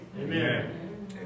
Amen